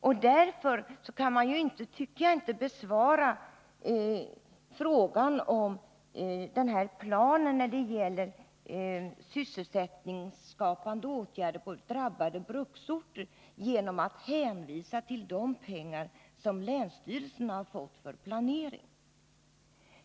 Mot denna bakgrund kan man inte, tycker jag, besvara frågan om planen för sysselsättningsskapande åtgärder på drabbade bruksorter genom att hänvisa till de pengar som länsstyrelserna fått för planering.